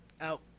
out